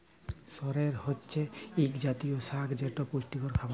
সরেল হছে ইক জাতীয় সাগ যেট পুষ্টিযুক্ত খাবার